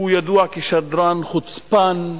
הוא ידוע כשדרן חוצפן,